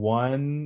one